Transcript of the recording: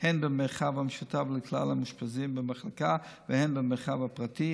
הן במרחב המשותף לכלל המאושפזים במחלקה והן במרחב הפרטי,